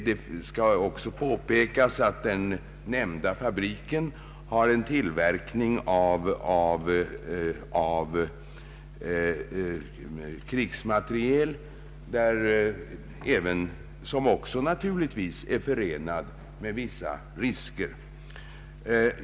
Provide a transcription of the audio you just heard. Det skall också påpekas att den nämnda fabriken bedriver tillverkning av krigsmateriel, som naturligtvis också är förenad med vissa risker.